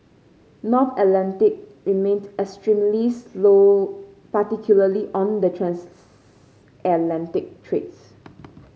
North Atlantic remained extremely slow particularly on the transatlantic trades